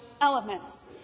Elements